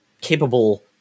capable